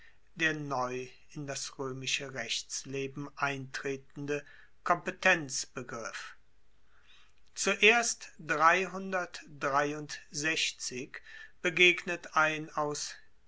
der neu in das roemische rechtsleben eintretende kompetenzbegriff zuerst begegnet ein aus